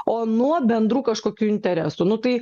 o nuo bendrų kažkokių interesų nu tai